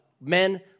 Men